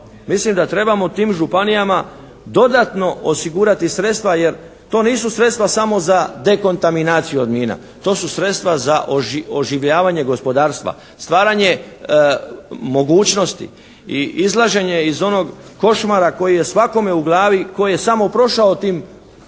Mislim da trebamo tim županijama dodatno osigurati sredstva jer to nisu sredstva samo za dekontaminaciju od mina, to su sredstva za oživljavanje gospodarstva, stvaranje mogućnosti i izlaženje iz onog košmara koji je svakome u glavi koji je samo prošao tim područjima